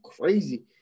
crazy